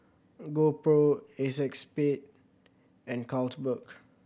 GoPro Acexspade and Carlsberg